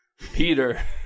peter